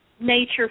Nature